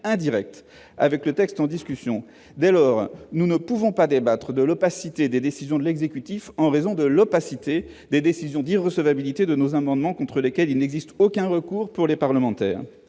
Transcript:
indirect, avec le texte en discussion ». Dès lors, nous ne pouvons pas débattre de l'opacité des décisions de l'exécutif en raison de l'opacité des décisions d'irrecevabilité de nos amendements contre lesquelles les parlementaires